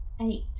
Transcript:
Eight